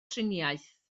triniaeth